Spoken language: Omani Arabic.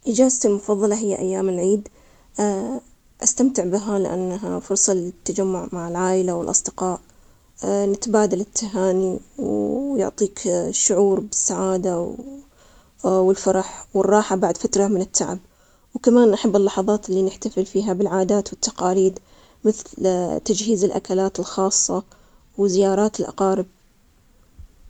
إجازتي المفضلة هي عيد لضحى. أستمتع فيها, لأنها تجمع العائية والأصدقاء، وكلنا نتشارك اللحظات الحلوة. الأجواء تكون ملييانة بفرح والأكل طيب، خاصة اللحوم والحلويات. وكمان, آني احب اللحظات التي تساعد فيها المحتاجين، وهذا يعطي هذا العيد معنى أكبر ويحسسني بالمحبة بين الناس والترابط.